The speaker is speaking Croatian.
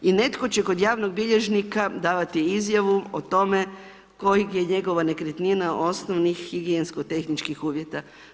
I netko će kod javnog bilježnika davati izjavu o tome kojeg je njegova nekretnina osnovnih higijensko tehničkih uvjeta.